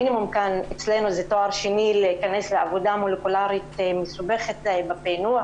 המינימום אצלנו זה תואר שני להיכנס לעבודה מולקולרית מסובכת בפענוח.